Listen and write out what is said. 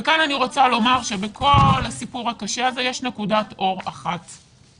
כאן אני רוצה לומר שבכל הסיפור הקשה הזה יש נקודת אור אחת והיא